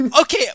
Okay